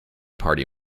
party